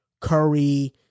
Curry